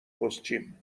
پستچیم